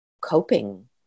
coping